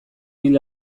hil